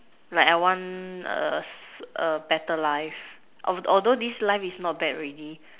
like I want a a better life although this life is not bad ready